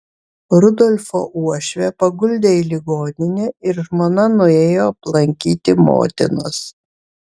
rudolfo uošvę paguldė į ligoninę ir žmona nuėjo aplankyti motinos